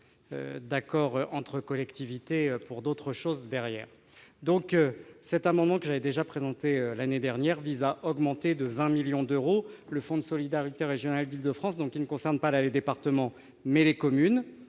pas d'accord entre collectivités pour d'autres choses derrière. Cet amendement, que j'avais déjà présenté l'année dernière, vise à augmenter de 20 millions d'euros le Fonds de solidarité des communes de la région d'Île-de-France, le FSRIF, qui concerne non pas les départements, mais les communes.